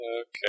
Okay